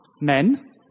Men